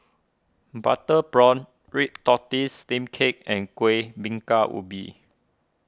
Butter Prawn Red Tortoise Steamed Cake and Kueh Bingka Ubi